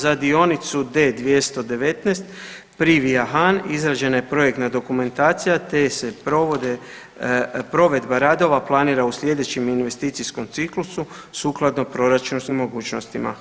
Za dionicu D219 Privija – Han izrađena je projektna dokumentacija te se provedba radova planira u sljedećem investicijskom ciklusu sukladno proračunskim mogućnostima.